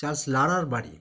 Charles লারার বাড়ি